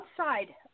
Outside